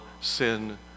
sin